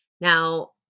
Now